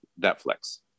Netflix